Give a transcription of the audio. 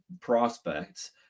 prospects